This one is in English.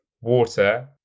water